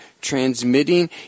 transmitting